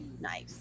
nice